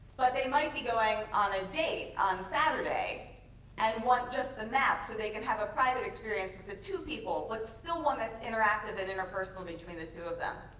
they might be going on a date on saturday and want just the map so they can have a private experience with the two people, but still one that's interactive and interpersonal between the two of them.